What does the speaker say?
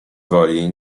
woli